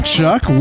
Chuck